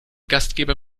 gastgeber